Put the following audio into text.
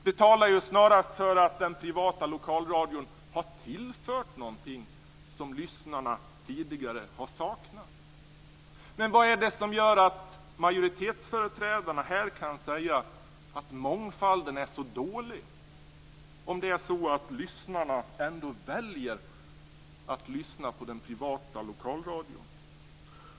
Det talar snarast för att den privata lokalradion har tillfört någonting som lyssnarna tidigare har saknat. Vad är det som gör att majoritetsföreträdaren här kan säga att mångfalden är så dålig, om lyssnarna ändå väljer den privata lokalradion?